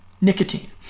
nicotine